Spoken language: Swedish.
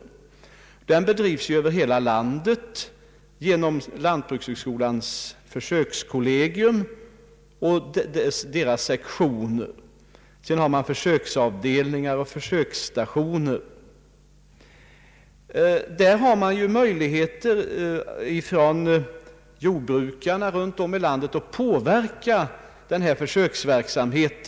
Denna verksamhet bedrivs över hela landet genom lantbrukshögskolornas försökskollegium och deras sektioner. Dessutom har man försöksavdelningar och försöksstationer. Jordbrukarna runt om i landet har möjligheter att påverka denna försöksverksamhet.